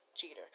jeter